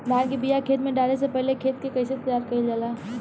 धान के बिया खेत में डाले से पहले खेत के कइसे तैयार कइल जाला?